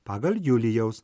pagal julijaus